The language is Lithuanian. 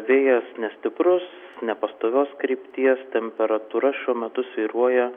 vėjas nestiprus nepastovios krypties temperatūra šiuo metu svyruoja